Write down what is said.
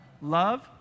Love